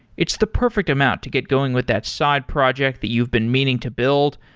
it's the perfect amount to get going with that side project that you've been meaning to build.